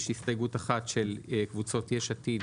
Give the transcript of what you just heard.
יש הסתייגות אחת של קבוצות יש עתיד,